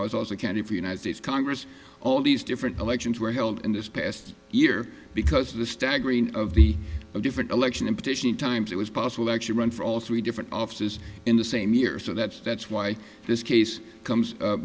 i was also candy for united states congress all these different elections were held in this past year because of the staggering of the different election and petitioning times it was possible to actually run for all three different offices in the same year so that's that's why this case comes